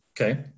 Okay